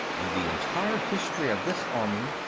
in the entire history of this army,